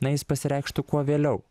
na jis pasireikštų kuo vėliau